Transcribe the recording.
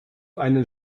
einen